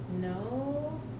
No